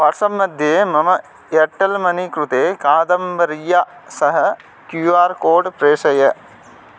WhatsApp मध्ये मम Airtel money कृते कादम्बर्या सह क्यू आर् कोड् प्रेषय